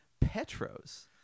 Petros